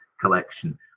collection